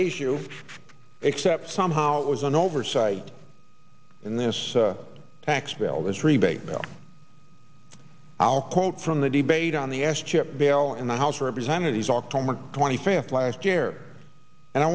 issue except somehow it was an oversight in this tax bill this rebate i'll quote from the debate on the s chip bail in the house of representatives october twenty fifth last year and i